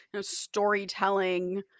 storytelling